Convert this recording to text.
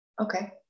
okay